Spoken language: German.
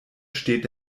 steht